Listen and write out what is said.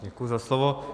Děkuji za slovo.